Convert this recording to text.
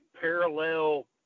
parallel